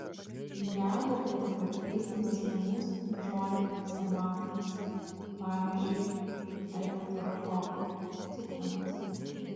ją vertėtų pakeisti dosniomis žolinėmis arbatomis pavyzdžiui eleuterokoko citrinos